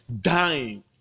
dying